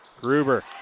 Gruber